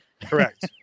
Correct